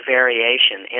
variation